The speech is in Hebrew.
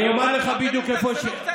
אני אומר לך בדיוק איפה, חברים, תחזרו קצת לשכל.